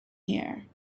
here